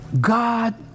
God